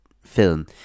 film